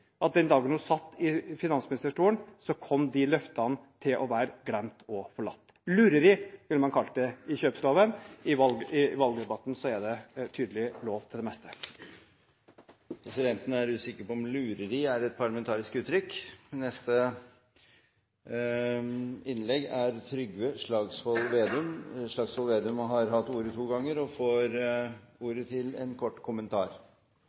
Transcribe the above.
at den dagen hun satt i finansministerstolen, kom disse løftene til å være glemt og forlatt. Lureri ville man kalt det i kjøpsloven. I valgdebatten er tydeligvis det meste lov. Presidenten er usikker på om «lureri» er et parlamentarisk uttrykk. Representanten Trygve Slagsvold Vedum har hatt ordet to ganger tidligere i debatten og får ordet til en kort